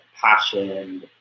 passion